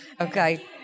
Okay